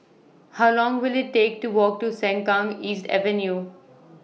How Long Will IT Take to Walk to Sengkang East Avenue